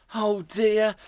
oh dear,